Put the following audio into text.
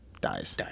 dies